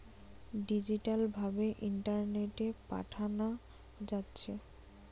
digital ভাবে ইন্টারনেটে পাঠানা যাচ্ছে